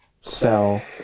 sell